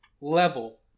level